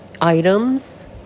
items